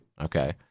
Okay